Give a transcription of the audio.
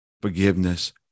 forgiveness